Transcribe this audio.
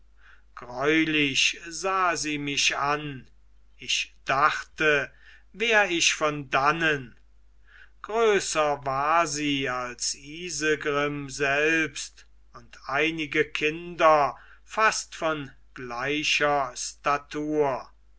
greulich sah sie mich an ich dachte wär ich von dannen größer war sie als isegrim selbst und einige kinder fast von gleicher statur